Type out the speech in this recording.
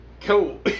cool